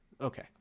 Okay